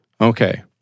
Okay